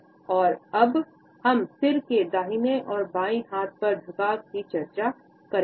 और या तो दाहिने हाथ या बाएं हाथ की तरफ सिर झुकाएंगे